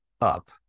up